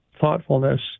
thoughtfulness